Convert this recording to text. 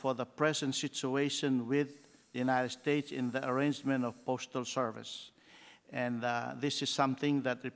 for the present situation with the united states in that arrangement of postal service and this is something that they